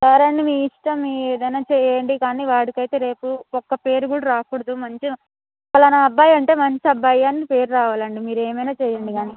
సరే అండి మీ ఇష్టం మీరు ఏదన్న చేయండి కానీ వాడికి అయితే రేపు ఒకపేరు కూడా రాకూడదు మంచిగా ఫలాన అబ్బాయి అంటే మంచి అబ్బాయి అని పేరు రావాలండి మీరు ఏమైనా చేయండి కానీ